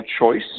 choice